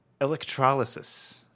electrolysis